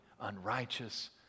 unrighteous